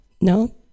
No